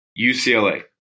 UCLA